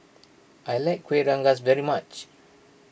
I like Kueh Rengas very much